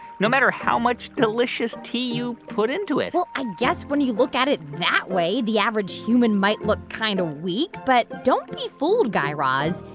no matter how much delicious tea you put into it well, i guess when you look at it that way, the average human might look kind of weak. but don't be fooled, guy raz.